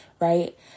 right